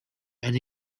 and